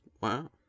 Wow